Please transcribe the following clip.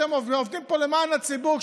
אתם עובדים פה למען הציבור.